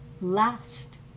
Last